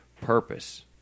purpose